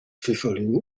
pfifferling